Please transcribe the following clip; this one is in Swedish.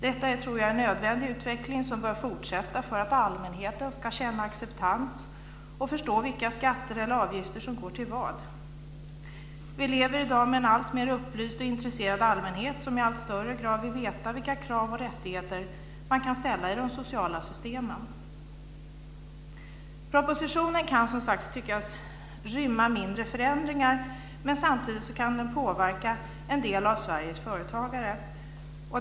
Detta är, tror jag, en nödvändig utveckling som bör fortsätta för att allmänheten ska känna acceptans och förstå vilka skatter eller avgifter som går till vad. Vi lever i dag med en alltmer upplyst och intresserad allmänhet som i allt högre grad vill veta vilka krav och rättigheter som man kan ställa i de sociala systemen. Propositionen kan, som sagt, tyckas rymma mindre förändringar, men samtidigt kan de påverka en del av Sveriges företagare.